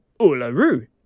Uluru